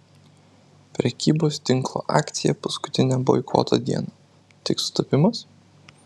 prekybos tinklo akcija paskutinę boikoto dieną tik sutapimas